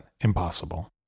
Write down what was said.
impossible